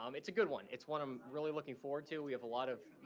um it's a good one. it's one i'm really looking forward to. we have a lot of,